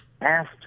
asked